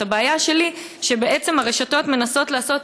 הבעיה שלי שבעצם הרשתות מנסות לעשות